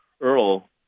Earl